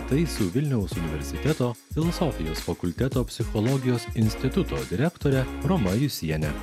tai su vilniaus universiteto filosofijos fakulteto psichologijos instituto direktore roma jusiene